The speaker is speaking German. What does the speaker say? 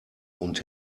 und